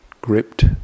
gripped